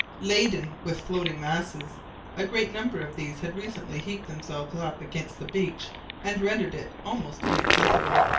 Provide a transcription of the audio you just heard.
laden with floating masses a great number of these had recently heaped themselves up against the beach and rendered it almost inaccessible.